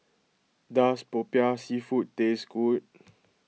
does Popiah Seafood taste good